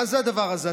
מה זה הדבר הזה?